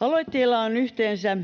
Aloitteilla on yhteensä